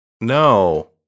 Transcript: No